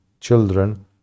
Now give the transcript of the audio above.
children